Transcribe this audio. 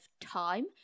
time